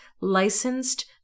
licensed